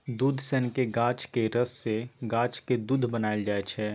दुध सनक गाछक रस सँ गाछक दुध बनाएल जाइ छै